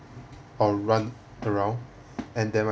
or run around and they